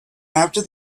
after